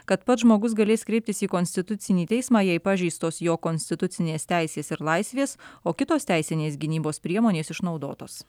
kad pats žmogus galės kreiptis į konstitucinį teismą jei pažeistos jo konstitucinės teisės ir laisvės o kitos teisinės gynybos priemonės išnaudotos